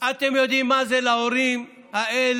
אתם יודעים מה זה להורים האלה,